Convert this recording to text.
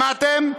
שמעתם?